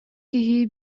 киһи